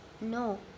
No